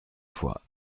fois